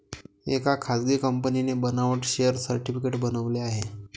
एका खासगी कंपनीने बनावट शेअर सर्टिफिकेट बनवले आहे